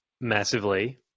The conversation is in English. massively